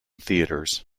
theatres